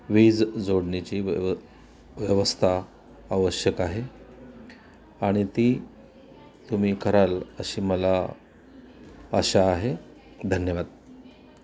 वीज जोडणीची व्यव व्यवस्था आवश्यक आहे आणि ती तुम्ही कराल अशी मला आशा आहे धन्यवाद